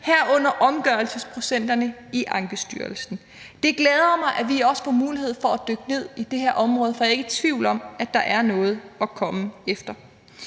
herunder omgørelsesprocenterne i Ankestyrelsen. Det glæder mig, at vi også får mulighed for at dykke ned i det her område, for jeg er ikke i tvivl om, at der er noget at komme efter.